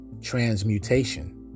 transmutation